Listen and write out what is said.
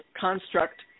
construct